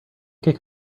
kick